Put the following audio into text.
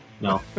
no